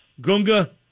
Gunga